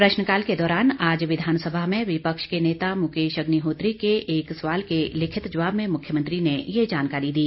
प्रश्नकाल के दौरान आज विधानसभा में विपक्ष के नेता मुकेश अग्निहोत्री के एक सवाल के लिखित जवाब में मुख्यमंत्री ने ये जानकारी दी